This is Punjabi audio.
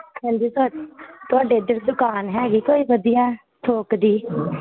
ਹਾਂਜੀ ਤੁਹਾ ਤੁਹਾਡੇ ਇੱਧਰ ਦੁਕਾਨ ਹੈਗੀ ਕੋਈ ਵਧੀਆ ਥੋਕ ਦੀ